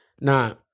Now